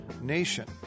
nation